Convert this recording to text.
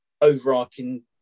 overarching